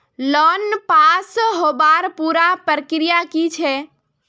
Loan pass होबार पुरा प्रक्रिया की छे?